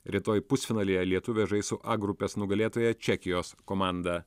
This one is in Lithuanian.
rytoj pusfinalyje lietuvės žais su a grupės nugalėtoja čekijos komanda